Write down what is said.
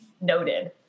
noted